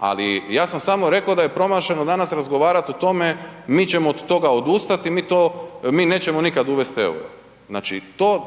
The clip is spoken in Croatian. ali ja sam samo rekao da je promašeno danas razgovarat o tome, mi ćemo od toga odustat i mi nećemo nikad uvest euro. Znači